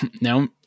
no